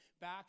back